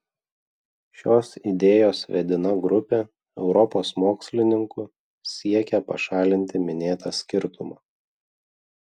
šios idėjos vedina grupė europos mokslininkų siekia pašalinti minėtą skirtumą